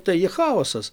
tai i chaosas